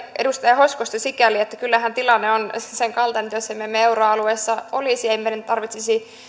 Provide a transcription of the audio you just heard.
edustaja hoskosta sikäli että kyllähän tilanne on sen kaltainen että jos me emme euroalueessa olisi ei meidän tarvitsisi